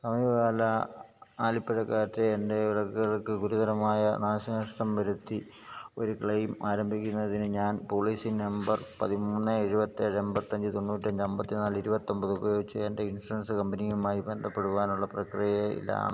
സമീപകാല ആലിപ്പഴക്കാറ്റ് എൻ്റെ വിളകൾക്ക് ഗുരുതരമായ നാശനഷ്ടം വരുത്തി ഒരു ക്ലെയിം ആരംഭിക്കുന്നതിന് ഞാൻ പോളിസീ നമ്പർ പതിമൂന്ന് എഴുപത്തേഴ് അമ്പത്തഞ്ച് തൊണ്ണൂറ്റഞ്ച് അമ്പത്തിനാല് ഇരുപത്തൊമ്പത് ഉപയോഗിച്ച് എന്റെ ഇൻഷുറൻസ് കമ്പനിയുമായി ബന്ധപ്പെടുവാനുള്ള പ്രക്രിയയിലാണ്